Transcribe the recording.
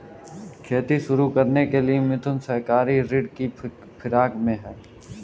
खेती शुरू करने के लिए मिथुन सहकारी ऋण की फिराक में है